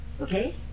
Okay